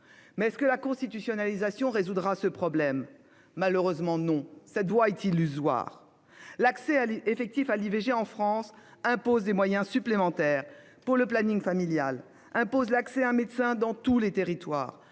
Mais est-ce que la constitutionnalisation résoudra ce problème ? Malheureusement non, une telle voie est illusoire. L'accès effectif à l'IVG en France impose des moyens supplémentaires pour le planning familial, impose l'accès à un médecin dans tous les territoires,